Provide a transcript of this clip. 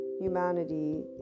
humanity